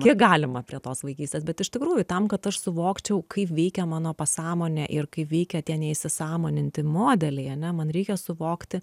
kiek galima prie tos vaikystės bet iš tikrųjų tam kad aš suvokčiau kaip veikia mano pasąmonė ir kaip veikia tie neįsisąmoninti modeliai ane man reikia suvokti